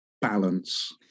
balance